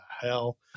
hell